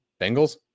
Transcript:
Bengals